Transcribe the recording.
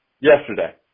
Yesterday